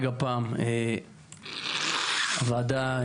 גז פחממני מעובה מישהו העלה את זה פה לפני כן,